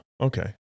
okay